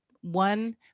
one